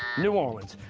new orleans.